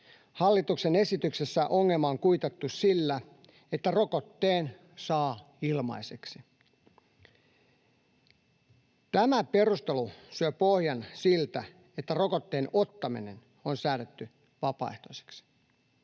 Hallituksen esityksessä ongelma on kuitattu sillä, että rokotteen saa ilmaiseksi. Tämä perustelu syö pohjan siltä, että rokotteen ottaminen on säädetty vapaaehtoiseksi.